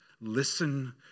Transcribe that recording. listen